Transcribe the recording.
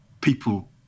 people